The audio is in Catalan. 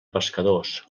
pescadors